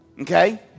Okay